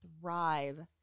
thrive